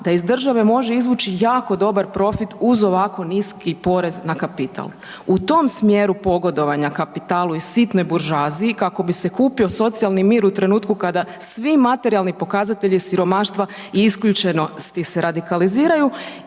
da iz države može izvući jako dobar profit uz ovako niski porez na kapital. U tom smjeru pogodovanja kapitalu i sitnoj buržoaziji kako bi se kupio socijalni mir u trenutku kada svi materijalni pokazatelji siromaštva i isključenosti se radikaliziraju